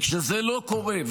כשזה לא קורה,